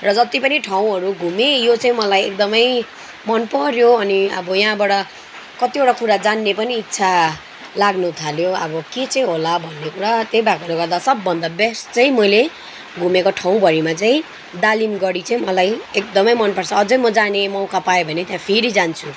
र जत्ति पनि ठाउँहरू घुमे यो चाहिँ मलाई एकदमै मनपऱ्यो अनि अब यहाँबाट कत्तिवटा कुरा जान्ने पनि इच्छा लाग्नु थाल्यो अब के चाहिँ होला भन्ने कुरा त्यही भएकोले गर्दा सब भन्दा बेस्ट चाहिँ मैले घुमेको ठाउँभरिमा चाहिँ दालिमगढी चाहिँ मलाई एकदमै मनपर्छ अझै म जाने मौका पायो भने त्यहाँ फेरि जान्छु